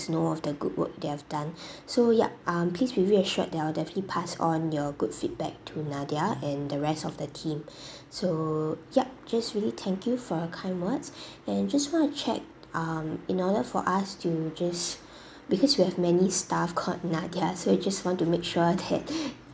to know of the good work they've done so yup um please be reassured that I'll definitely pass on your good feedback to nadia and the rest of the team so yup just really thank you for your kind words and just wanna check um in order for us to just because we have many staffs called nadia so we just want to make sure that